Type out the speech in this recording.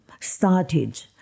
started